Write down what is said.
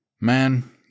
Man